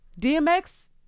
dmx